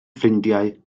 ffrindiau